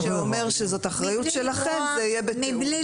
שאומר שזאת אחריות שלכם זה יהיה בתיאום.